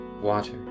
Water